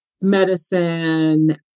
medicine